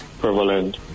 prevalent